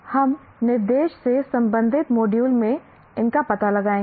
हम निर्देश से संबंधित मॉड्यूल में इनका पता लगाएंगे